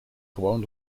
gewoon